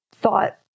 thought